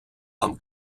вам